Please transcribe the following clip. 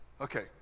Okay